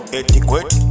etiquette